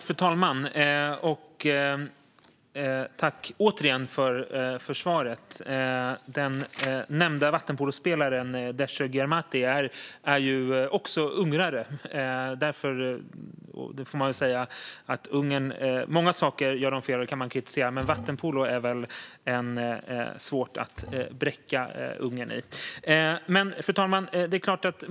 Fru talman! Tack återigen, statsrådet, för svaret! Den nämnda vattenpolospelaren, Dezso Gyarmati, är också ungrare. Man får väl säga att Ungern gör många saker fel som man kan kritisera dem för, men vattenpolo är det svårt att bräcka Ungern i. Fru talman!